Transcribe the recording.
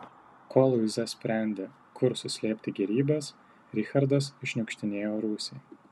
kol luiza sprendė kur suslėpti gėrybes richardas iššniukštinėjo rūsį